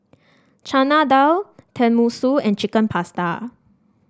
Chana Dal Tenmusu and Chicken Pasta